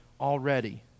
already